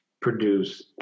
produce